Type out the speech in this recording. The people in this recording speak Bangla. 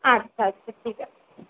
আচ্ছা আচ্ছা ঠিক আছে